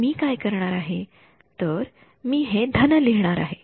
तर मी काय करणार आहे तर मी हे धन लिहिणार आहे